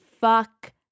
fuck